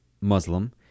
Muslim